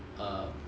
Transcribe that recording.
err